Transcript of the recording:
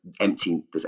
empty